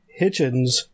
Hitchens